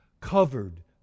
covered